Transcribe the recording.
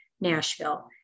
Nashville